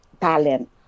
talent